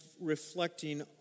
reflecting